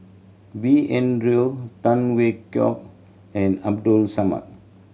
B N Rao Tan Hwee Hock and Abdul Samad